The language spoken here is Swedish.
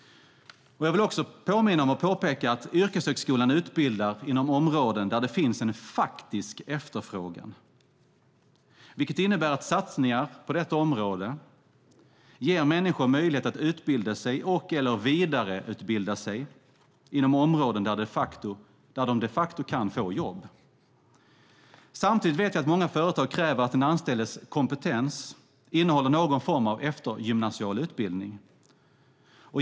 Jag vill också påpeka att yrkeshögskolan utbildar inom områden där det finns en faktisk efterfrågan, vilket innebär att satsningar på detta område ger människor möjlighet att utbilda sig eller vidareutbilda sig inom områden där de de facto kan få jobb. Samtidigt vet vi att många företag kräver att den anställdes kompetens innehåller någon form av eftergymnasial utbildning.